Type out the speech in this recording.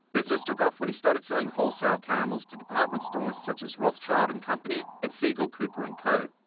business took off when he started selling wholesale caramels to departments stores such as rothschild and company and seigl-cooper and co.